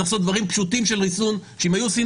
צריך לעשות דברים פשוטים של ריסון שאם היו עושים